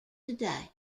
today